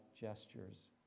gestures